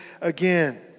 again